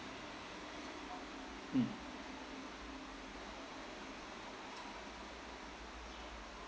mm